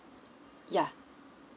yeah